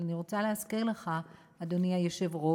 אבל אני רוצה להזכיר לך, אדוני היושב-ראש,